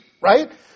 right